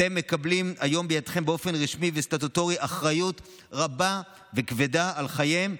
אתם מקבלים היום בידכם באופן רשמי וסטטוטורי אחריות רבה וכבדה על חייהם